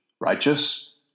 righteous